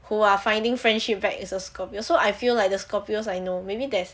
who are finding friendship back is a scorpio so I feel like the scorpios I know maybe there's